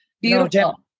Beautiful